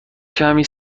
کمی